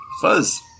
Fuzz